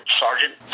sergeant